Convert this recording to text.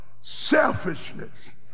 selfishness